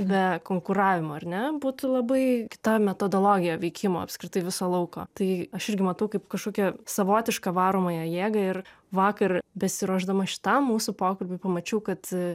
be konkuravimo ar ne būtų labai kita metodologija veikimo apskritai viso lauko tai aš irgi matau kaip kažkokią savotišką varomąją jėgą ir vakar besiruošdama šitam mūsų pokalbiui pamačiau kad